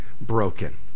broken